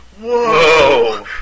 Whoa